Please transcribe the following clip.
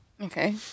Okay